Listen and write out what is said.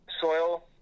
soil